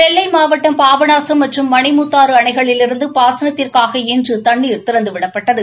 நெல்லை மாவட்டம் பாபநாசம் மற்றும் மணிமுத்தாறு அணைகளிலிருந்து பாசனத்திற்காக இன்று தண்ணீர் திறந்துவிடப்பட்டது